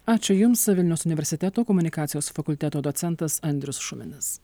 ačiū jums vilniaus universiteto komunikacijos fakulteto docentas andrius šuminas